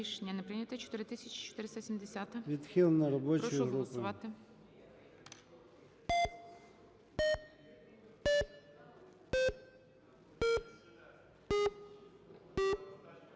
Відхилена робочою групою